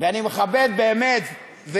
ואני מכבד באמת,